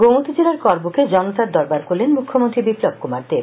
গোমতী জেলার করবুকে জনতার দরবার করলেন মুখ্যমন্ত্রী বিপ্লব কুমার দেব